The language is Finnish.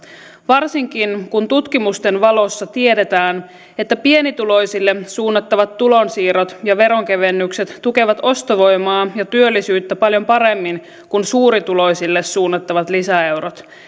varsinkin kun tutkimusten valossa tiedetään että pienituloisille suunnattavat tulonsiirrot ja veronkevennykset tukevat ostovoimaa ja työllisyyttä paljon paremmin kuin suurituloisille suunnattavat lisäeurot